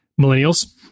millennials